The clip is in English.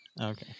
Okay